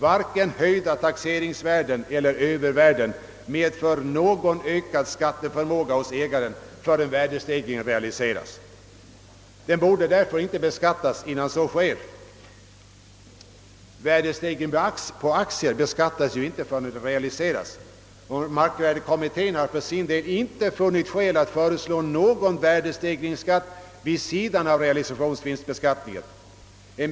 Varken höjda taxeringsvärden eller övervärden medför någon ökad skatteförmåga hos ägaren förrän värdestegringen realiseras. Värdeökningen borde därför inte beskattas innan så sker; värdestegring på aktier beskattas inte förrän de försäljes. Markvärdekommittén: har för sin del inte funnit skäl att föreslå någon värdestegringsskatt vid sidan av realisationsvinstbeskattningen. En.